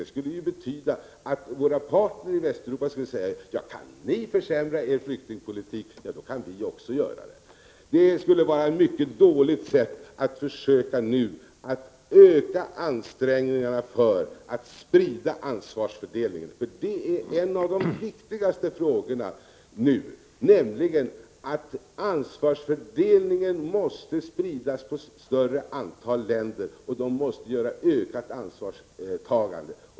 Det skulle betyda att våra partner i Västeuropa skulle kunna säga att om ni kan försämra er flyktingpolitik då kan vi också göra det. Det skulle vara mycket dåligt att göra så nu då det gäller att öka ansträngningarna för att sprida ansvarsfördelningen. En av de viktigaste frågorna nu är nämligen att ansvarsfördelningen måste spridas till ett större antal länder, och de måste ta ett ökat ansvar.